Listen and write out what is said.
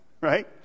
Right